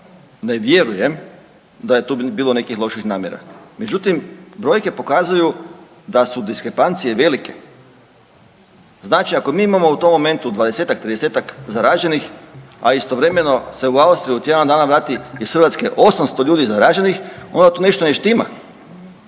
i vjerujem da je tu bilo nekih loših namjera. Međutim, brojke pokazuju da su diskrepancije velike. Znači ako mi imamo u tom momentu 20-ak, 30-ak zaraženih, a istovremeno se u Austriju u tjedan dana iz Hrvatske 800 ljudi zaraženih, onda tu nešto ne štima.